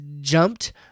jumped